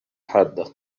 حادة